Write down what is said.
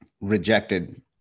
rejected